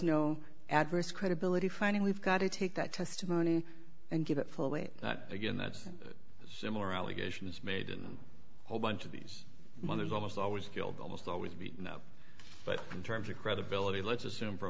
no adverse credibility finding we've got to take that testimony and give it full weight again that's similar allegations made in a whole bunch of these mothers almost always killed almost always beaten up but in terms of credibility let's assume for a